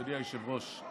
אדוני היושב-ראש,